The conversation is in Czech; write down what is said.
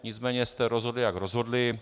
Nicméně jste rozhodli, jak jste rozhodli.